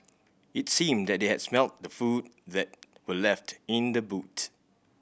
it seemed that they had smelt the food that were left in the boot